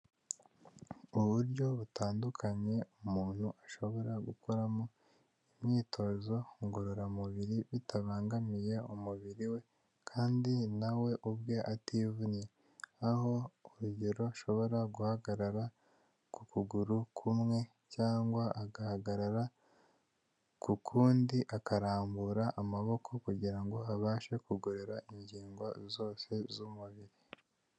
Uburyo butandukanye umuntu ashobora gukoramo imyitozo ngororamubiri bitabangamiye umubiri we kandi na we ubwe ativunnye, aho urugero ashobora guhagarara ku kuguru kumwe cyangwa agahagarara ku kundi akarambura amaboko kugira ngo abashe kugorora ingingo zose z'umubiri.